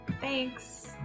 Thanks